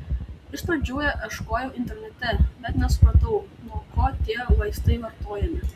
iš pradžių ieškojau internete bet nesupratau nuo ko tie vaistai vartojami